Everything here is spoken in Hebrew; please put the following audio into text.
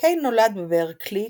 קין נולד בברקלי,